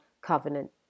covenant